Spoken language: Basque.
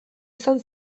izan